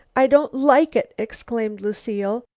i don't like it! exclaimed lucile,